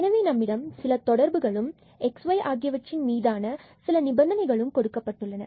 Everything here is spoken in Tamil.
எனவே நம்மிடம் சில தொடர்புகளும் x y ஆகியவற்றின் மீதான சில நிபந்தனைகளும் கொடுக்கப்பட்டுள்ளன